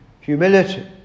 humility